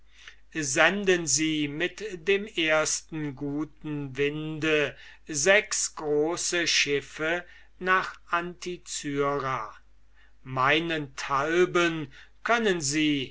senden sie mit dem ersten guten winde sechs große schiffe nach anticyra meinethalben können sie